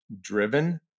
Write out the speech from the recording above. driven